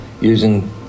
using